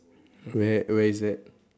where where is that